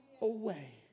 away